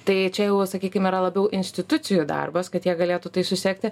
tai čia sakykim yra labiau institucijų darbas kad jie galėtų tai susekti